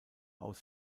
aus